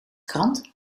krant